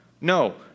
No